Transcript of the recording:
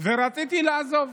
ורציתי לעזוב.